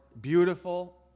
beautiful